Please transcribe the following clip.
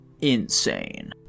Insane